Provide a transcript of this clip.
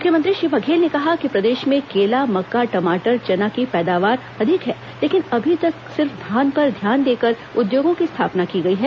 मुख्यमंत्री श्री बघेल ने कहा कि प्रदेश में केला मक्का टमाटर चना की पैदावार अधिक है लेकिन अभी तक सिर्फ धान पर ध्यान देकर उद्योगों की स्थापना की गई है